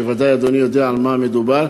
וודאי שאדוני יודע על מה מדובר.